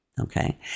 okay